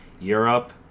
Europe